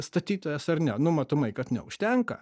statytojas ar ne nu matomai kad neužtenka